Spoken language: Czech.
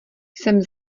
jsem